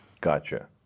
Gotcha